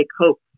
hope